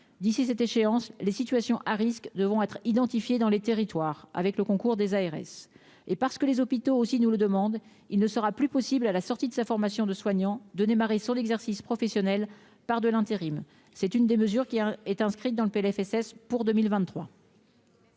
d'ici cette échéance, les situations à risques devront être identifiés dans les territoires, avec le concours des ARS et parce que les hôpitaux aussi nous le demande, il ne sera plus possible à la sortie de sa formation de soignants, de démarrer sur l'exercice professionnel par de l'intérim, c'est une des mesures qui a été inscrite dans le PLFSS pour 2023.